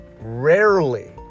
rarely